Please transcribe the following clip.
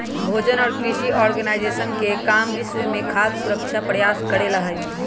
भोजन और कृषि ऑर्गेनाइजेशन के काम विश्व में खाद्य सुरक्षा ला प्रयास करे ला हई